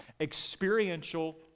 Experiential